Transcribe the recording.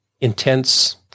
intense